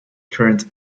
current